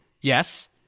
yes